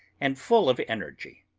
and full of energy.